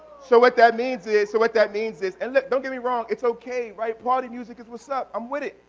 so what that means is, so what that means is and like don't get me wrong. it's okay, party music is what's up i'm with it,